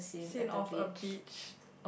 seen of a beach